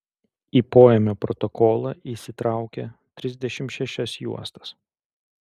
į poėmio protokolą jis įtraukė trisdešimt šešias juostas